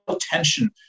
tension